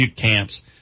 camps